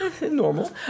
Normal